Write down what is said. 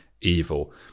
evil